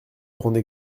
grande